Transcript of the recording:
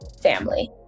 family